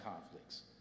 conflicts